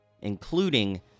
including